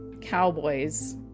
cowboys